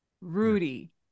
Rudy